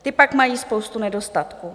Ty pak mají spoustu nedostatků.